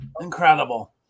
Incredible